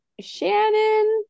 Shannon